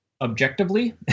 objectively